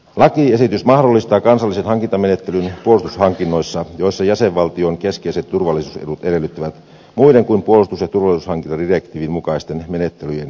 lakiesitys mahdollistaa kansallisen hankintamenettelyn puolustushankinnoissa joissa jäsenvaltion keskeiset turvallisuusedut edellyttävät muiden kuin puolustus ja turvallisuushankintadirektiivin mukaisten menettelyjen käyttämistä